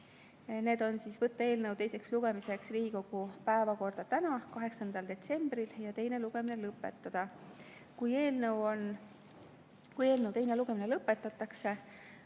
ettepanekud: võtta eelnõu teiseks lugemiseks Riigikogu päevakorda täna, 8. detsembril ja teine lugemine lõpetada; kui eelnõu teine lugemine lõpetatakse,